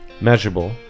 Measurable